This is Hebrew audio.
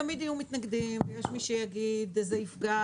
תמיד יהיו מתנגדים ויש מי שיגיד שזה יפגע